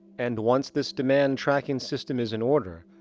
and once this demand tracking system is in order,